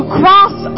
cross